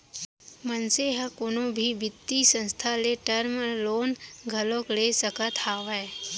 मनसे ह कोनो भी बित्तीय संस्था ले टर्म लोन घलोक ले सकत हावय